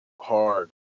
hard